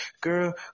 Girl